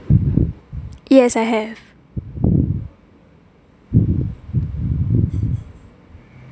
yes I have